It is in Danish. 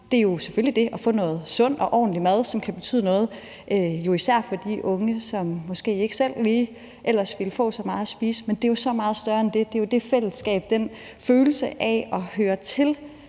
Det er jo selvfølgelig det at få noget sund og ordentlig mad, som kan betyde noget, især for de unge, som måske ikke selv ellers ville få så meget at spise, men det er jo så meget større end det. Det er det fællesskab, den følelse af at høre til,